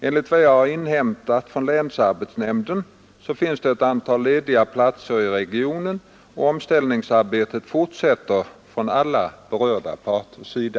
Enligt vad jag har inhämtat från länsarbetsnämnden finns ett antal lediga platser i regionen och omställningsarbetet fortsätter från alla berörda parters sida.